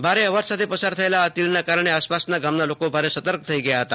ભારે અવાજ સાથે પસાર થયેલા આ તીડના કારણે આસપાસના ગામોના લોકો સર્તક થઈ ગયા હતા